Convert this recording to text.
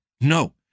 No